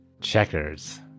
Checkers